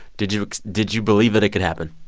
did you did you believe that it could happen?